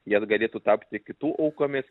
jie galėtų tapti kitų aukomis